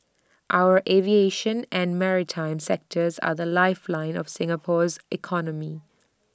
our aviation and maritime sectors are the lifeline of Singapore's economy